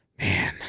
Man